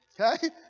okay